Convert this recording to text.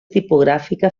tipogràfica